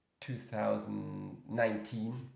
2019